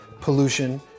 pollution